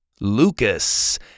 Lucas